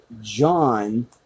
John